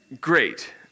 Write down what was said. great